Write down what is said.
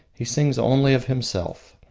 he sings only of himself.